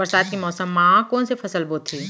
बरसात के मौसम मा कोन से फसल बोथे?